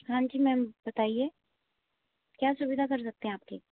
हाँ जी मैम बताइए क्या सुविधा कर सकते हैं आपकी